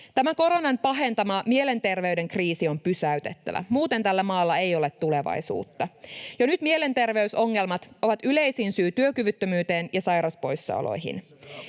Tämä koronan pahentama mielenterveyden kriisi on pysäytettävä, muuten tällä maalla ei ole tulevaisuutta. Jo nyt mielenterveysongelmat ovat yleisin syy työkyvyttömyyteen ja sairauspoissaoloihin.